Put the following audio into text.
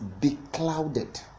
beclouded